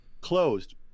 closed